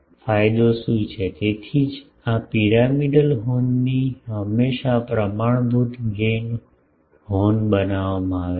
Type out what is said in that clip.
તેથી તેથી જ આ પિરામિડલ હોર્નથી હંમેશા પ્રમાણભૂત ગેઇન હોર્ન બનાવવામાં આવે છે